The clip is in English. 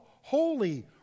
Holy